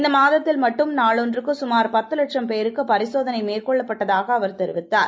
இந்த மாதத்தில் மட்டும் நாளொன்றுக்கு சுமார் பத்து லட்சும் பேருக்கு பரிசோதனை மேற்கொள்ளப்பட்டதாக அவர் தெரிவித்தார்